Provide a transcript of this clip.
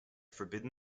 forbidden